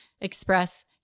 express